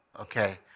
Okay